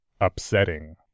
Upsetting